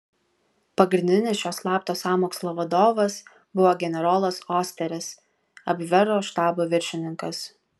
pagrindinis šio slapto sąmokslo vadovas buvo generolas osteris abvero štabo viršininkas